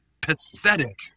pathetic